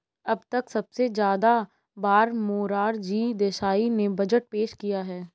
अब तक सबसे ज्यादा बार मोरार जी देसाई ने बजट पेश किया है